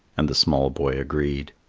and the small boy agreed.